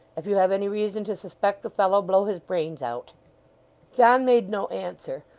if you have any reason to suspect the fellow, blow his brains out john made no answer,